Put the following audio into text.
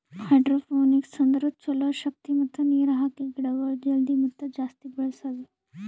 hydroponics ಅಂದುರ್ ಛಲೋ ಶಕ್ತಿ ಮತ್ತ ನೀರ್ ಹಾಕಿ ಗಿಡಗೊಳ್ ಜಲ್ದಿ ಮತ್ತ ಜಾಸ್ತಿ ಬೆಳೆಸದು